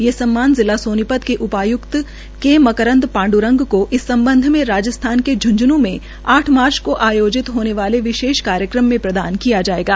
ये सम्मान जिला सोनीपत के उपाय्क्त के मकरंद पांड्रंग को इस सम्बध में राजस्थान के झूंझन् में आठ मार्च को आयोजित होने वाले विशेष कार्यक्रम में प्रदान किया जाएगा